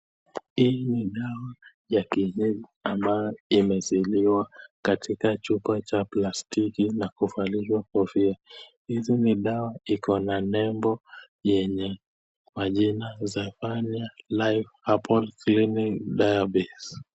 Hii ni dawa ya kienyeji ambayo imesealiwa katika chupa cha plastiki na kuvalishwa kofia. Hizi ni dawa iko na nembo yenye majina Zephania Life Herbal Clinic Diabetes .